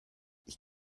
ich